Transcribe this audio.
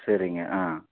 சரிங்க ஆ